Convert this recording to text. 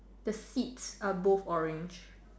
the sit are both orange